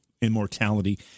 immortality